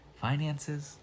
finances